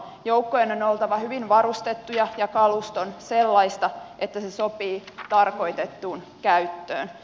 joukkojen on oltava hyvin varustettuja ja kaluston sellaista että se sopii tarkoitettuun käyttöön